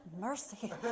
mercy